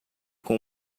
com